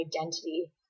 identity